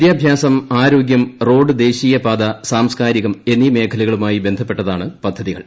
വിദ്യാഭ്യാസം ആരോഗ്യം റോഡ് ദേശീയപാത സാംസ്കാരിക മേഖലകളുമായി ബന്ധപ്പെട്ടതാണ് പദ്ധതികൾ